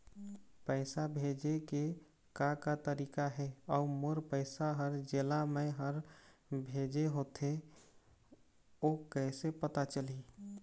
पैसा भेजे के का का तरीका हे अऊ मोर पैसा हर जेला मैं हर भेजे होथे ओ कैसे पता चलही?